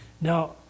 Now